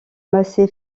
macé